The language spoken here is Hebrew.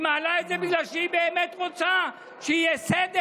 היא מעלה את זה בגלל שהיא באמת רוצה שיהיה סדר?